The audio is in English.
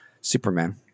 Superman